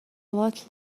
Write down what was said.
lot